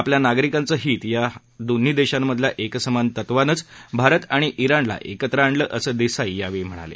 आपल्या नागरिकांचं हीत या दोन्ही देशांमधल्या एकसमान तत्वानंच भारत आणि इराणला एकत्र आणलं असं देसाई यावेळी म्हणाले